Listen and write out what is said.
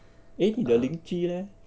eh 你的邻居；了:ni de lin ju le